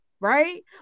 right